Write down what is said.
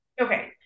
Okay